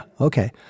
Okay